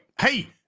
Hey